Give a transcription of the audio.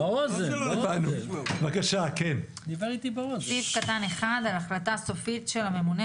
בעל עסק שלא משלם עכשיו --- כבר שאלו על זה.